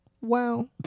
wow